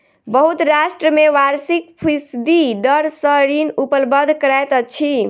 बहुत राष्ट्र में वार्षिक फीसदी दर सॅ ऋण उपलब्ध करैत अछि